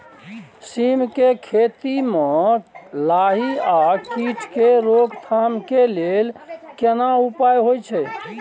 सीम के खेती म लाही आ कीट के रोक थाम के लेल केना उपाय होय छै?